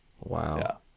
Wow